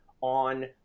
on